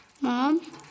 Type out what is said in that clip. Mom